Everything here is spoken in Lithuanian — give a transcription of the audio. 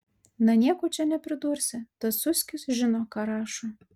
na nieko čia nepridursi tas suskis žino ką rašo